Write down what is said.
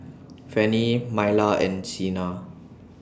Fanny Myla and Cena